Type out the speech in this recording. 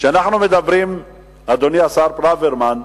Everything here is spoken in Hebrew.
כשאנחנו מדברים, אדוני השר ברוורמן,